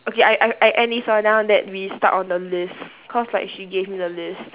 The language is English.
okay I I I end this one ah then we start on the list cause like she gave me the list